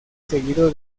seguido